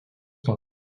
nuo